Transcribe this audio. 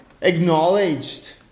acknowledged